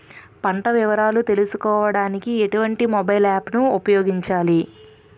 పంట వివరాలు తెలుసుకోడానికి ఎటువంటి మొబైల్ యాప్ ను ఉపయోగించాలి?